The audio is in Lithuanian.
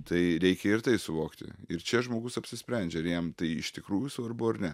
tai reikia ir tai suvokti ir čia žmogus apsisprendžia ar jam tai iš tikrųjų svarbu ar ne